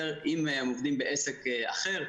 אם הם עובדים בעסק אחר,